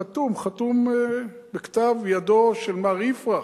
חתום, חתום בכתב ידו של מר יפרח,